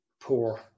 poor